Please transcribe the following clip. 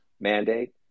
mandate